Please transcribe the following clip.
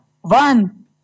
One